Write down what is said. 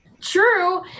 True